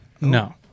No